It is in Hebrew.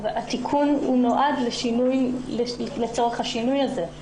התיקון נועד לצורך השינוי הזה.